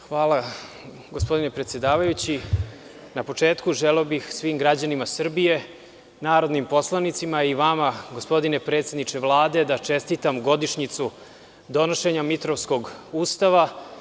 Hvala gospodine predsedavajući, na početku želeo bih svim građanima Srbije, narodnim poslanicima i vama gospodine predsedniče Vlade da čestitam godišnjicu donošenja Mitrovskog ustava.